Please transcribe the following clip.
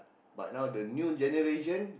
but now the new generation